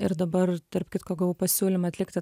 ir dabar tarp kitko gavau pasiūlymą atlikti